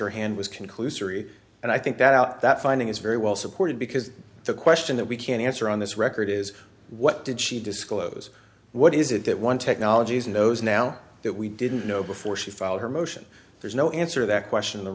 her hand was conclusory and i think that out that finding is very well supported because the question that we can't answer on this record is what did she disclose what is it that one technologies knows now that we didn't know before she filed her motion there's no answer that question the